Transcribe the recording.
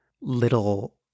little